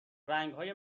رنگهای